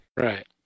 Right